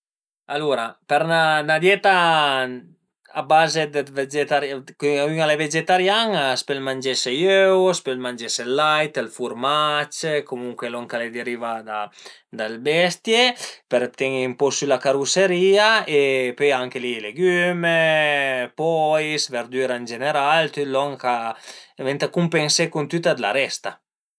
Alura për 'na dieta a baze dë vegetarian, che ün al e vegetarian a s'pöl mangese i öu, a s'pöl mangese ël lait, ël furmac, comuncue lon ch'al e derivà da le bestie për ten-i ën po sü la caruserìa e pöi anche li legüm, pois, verdüre ën general tüt lon che, venta cumpensé cun tüta la resta